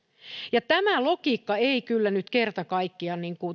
tämä logiikka ei kyllä nyt kerta kaikkiaan